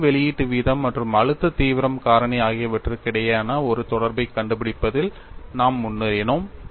சக்தி வெளியீட்டு வீதம் மற்றும் அழுத்த தீவிரம் காரணி ஆகியவற்றுக்கு இடையேயான ஒரு தொடர்பைக் கண்டுபிடிப்பதில் நாம் முன்னேறினோம்